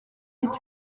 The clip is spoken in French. est